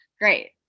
great